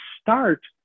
start